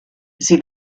sie